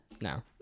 no